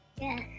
Yes